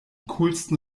coolsten